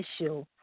issue